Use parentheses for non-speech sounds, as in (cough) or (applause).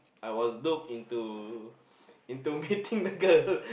I was duped into into (laughs) meeting the girl